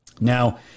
Now